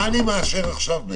מה, בעצם, אני מאשר עכשיו?